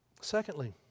Secondly